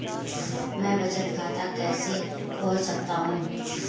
मैं बचत खाता कैसे खोल सकता हूँ?